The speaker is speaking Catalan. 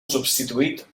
substituït